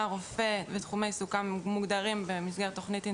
הרופא ותחומי עיסוקם מוגדרים במסגרת תכנית אינדיבידואלית,